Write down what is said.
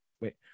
wait